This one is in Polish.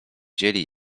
dzieli